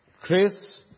Chris